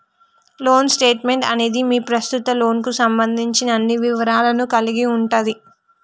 loan statement అనేది మీ ప్రస్తుత లోన్కు సంబంధించిన అన్ని వివరాలను కలిగి ఉంటది